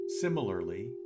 Similarly